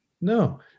No